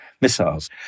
missiles